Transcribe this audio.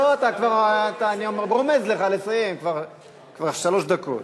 לא, אתה כבר, אני רומז לך לסיים כבר שלוש דקות.